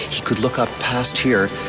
he could look up past here,